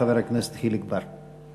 חבר הכנסת חיליק בר.